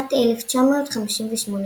בשנת 1958,